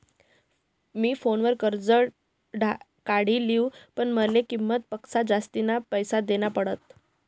मी फोनवर कर्ज काढी लिन्ह, पण माले किंमत पक्सा जास्तीना पैसा देना पडात